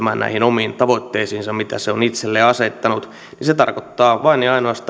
omiin tavoitteisiinsa mitä se on itselleen asettanut niin se tarkoittaa vain